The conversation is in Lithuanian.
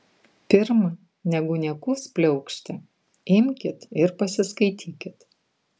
pirm negu niekus pliaukšti imkit ir pasiskaitykit